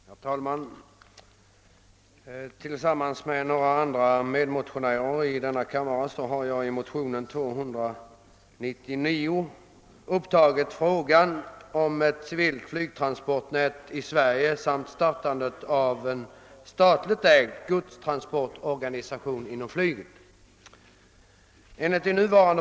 Herr talman! Tillsammans med några medmotionärer har jag i motionsparet 1: 267 och II: 299 tagit upp frågan om ett civilt flygtransportnät i Sverige samt startandet av en statligt ägd godstransportorganisation inom flyget.